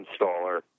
Installer